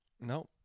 No